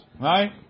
right